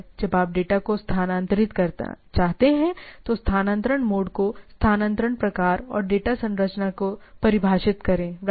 जब आप डेटा को स्थानांतरित करना चाहते हैं तो स्थानांतरण मोड को स्थानांतरण प्रकार और डेटा संरचना को परिभाषित करें राइट